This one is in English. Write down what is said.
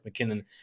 McKinnon